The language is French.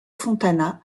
fontana